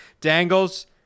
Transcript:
Dangles